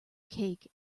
cake